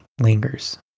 lingers